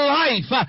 life